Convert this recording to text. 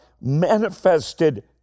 manifested